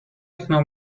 techno